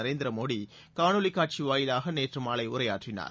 நரேந்திர மோடி காணொலிக் காட்சி வாயிலாக நேற்று மாலை உரையாற்றினார்